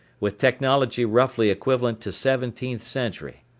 with technology roughly equivalent to seventeenth century.